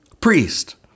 priest